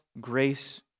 grace